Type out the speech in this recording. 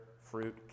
fruit